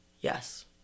Yes